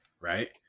right